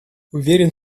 уверен